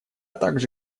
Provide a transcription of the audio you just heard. также